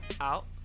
out